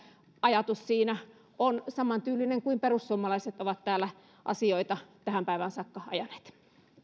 ajatus siinä on samantyylinen kuin perussuomalaiset ovat täällä asioita tähän päivään saakka ajaneet